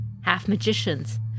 half-magicians